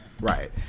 Right